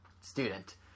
student